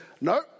no